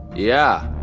yeah,